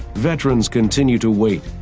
veterans continue to wait,